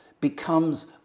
becomes